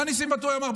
מה ניסים ואטורי אמר?